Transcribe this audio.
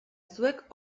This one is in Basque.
zuek